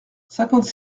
cinquante